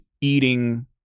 eating